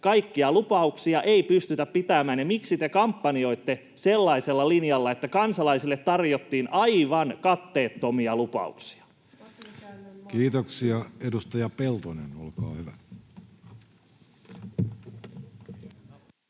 kaikkia lupauksia ei pystytä pitämään? Miksi te kampanjoitte sellaisella linjalla, että kansalaisille tarjottiin aivan katteettomia lupauksia? [Eveliina Heinäluoma: